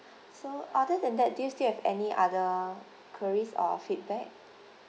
so other than that do you still have any other queries or feedback